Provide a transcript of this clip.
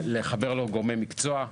לחבר לו גורמי מקצוע.